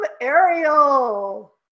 Ariel